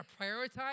prioritize